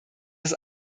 das